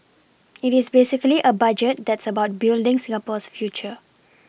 it is basically a budget that's about building Singapore's future